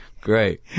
great